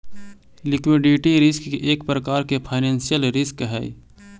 liquidity risk एक प्रकार के फाइनेंशियल रिस्क हई